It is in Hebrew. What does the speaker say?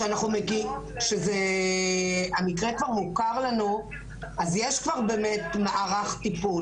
כשזה המקרה פה מוכר לנו אז יש כבר באמת מערך טיפול,